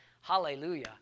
Hallelujah